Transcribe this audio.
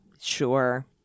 sure